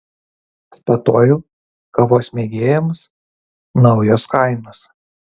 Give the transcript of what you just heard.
statoil kavos mėgėjams naujos kainos